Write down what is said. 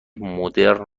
مدرن